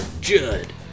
Judd